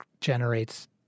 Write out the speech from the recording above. generates